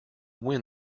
win